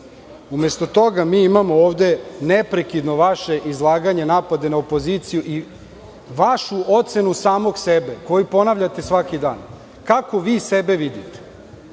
Umesto toga mi imamo ovde neprekidno vaše izlaganje, napade na opoziciju i vašu ocenu samog sebe, koju ponavljate svaki dan. Kako vi sebe vidite?